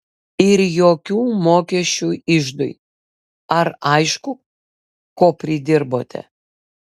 ir jokių mokesčių iždui ar aišku ko pridirbote